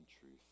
truth